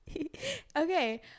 Okay